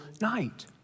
night